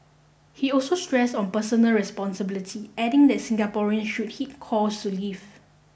he also stressed on personal responsibility adding that Singaporean should heed calls to leave